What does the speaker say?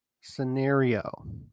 scenario